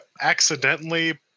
accidentally